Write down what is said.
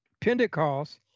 Pentecost